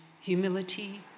humility